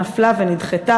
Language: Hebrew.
נפלה ונדחתה,